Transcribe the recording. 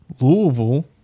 Louisville